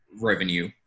revenue